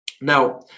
Now